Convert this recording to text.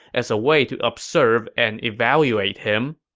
as a way to observe and evaluate him.